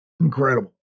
incredible